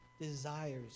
desires